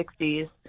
60s